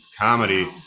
comedy